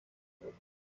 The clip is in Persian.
بود